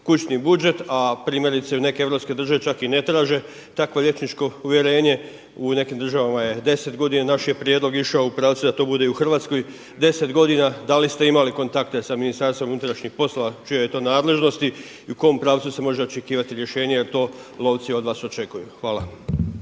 kućni budžet, a primjerice neke europske države čak i ne traže takvo liječničko uvjerenje. U nekim državama je 10 godina. Naš je prijedlog išao u pravcu da to bude i u Hrvatskoj 10 godina. Da li ste imali kontakte sa Ministarstvom unutrašnjih poslova u čijoj je to nadležnosti i u kom pravcu se može očekivati rješenje jer to lovci od vas očekuju. Hvala.